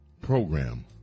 program